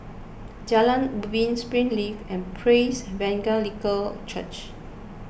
Jalan Ubin Springleaf and Praise Evangelical Church